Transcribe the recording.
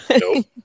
Nope